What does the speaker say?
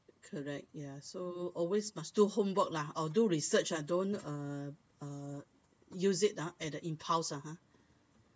correct ya so always must do homework lah or do research lah don't uh uh use it ah at the impulse ah ha